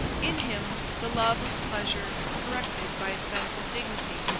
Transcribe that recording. in him the love of pleasure was corrected by a sense of dignity,